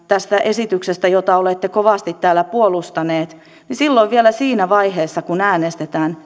tästä esityksestä jota olette kovasti täällä puolustaneet nyt sitten täällä salissa tullaan äänestämään niin vielä silloin siinä vaiheessa kun äänestetään